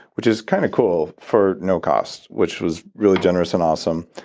which is kind of cool, for no cost, which was really generous and awesome.